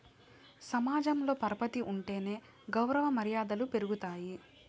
సమాజంలో పరపతి ఉంటేనే గౌరవ మర్యాదలు పెరుగుతాయి